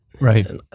right